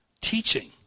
teaching